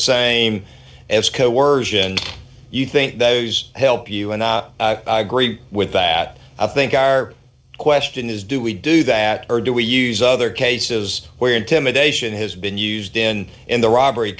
coersion you think those help you and i agree with that i think our question is do we do that or do we use other cases where intimidation has been used in in the robbery